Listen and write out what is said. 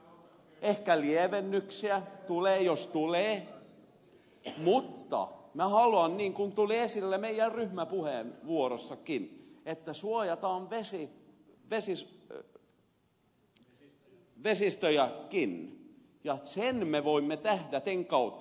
pidemmät siirtymäajat ehkä lievennyksiä tulee jos tulee mutta minä haluan niin kuin tuli esille meidän ryhmäpuheenvuorossammekin että suojataan vesistöjäkin ja sen me voimme tehdä tämän kautta